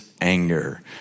anger